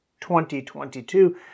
2022